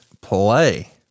play